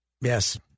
Yes